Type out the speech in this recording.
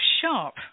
sharp